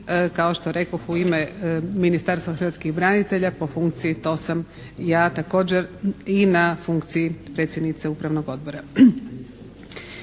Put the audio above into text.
kao što rekoh u ime Ministarstva hrvatskih branitelja po funkciji to sam ja također i na funkciji predsjednice upravnog odbora.